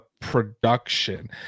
production